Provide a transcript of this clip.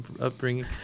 upbringing